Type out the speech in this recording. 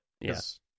Yes